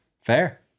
Fair